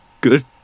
good